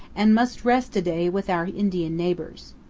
and must rest a day with our indian neighbors.